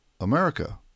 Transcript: America